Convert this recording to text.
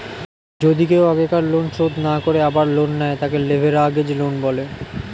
যদি কেও আগেকার লোন শোধ না করে আবার লোন নেয়, তাকে লেভেরাগেজ লোন বলে